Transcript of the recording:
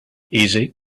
easy